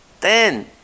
Ten